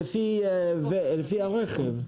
לפי הרכב.